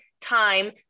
time